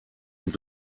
und